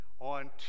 On